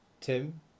Tim